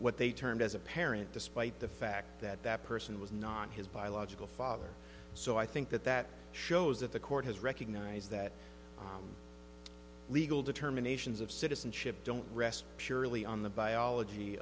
what they termed as a parent despite the fact that that person was not his biological father so i think that that shows that the court has recognized that legal determinations of citizenship don't rest purely on the biology